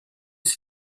ces